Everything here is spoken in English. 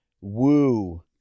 woo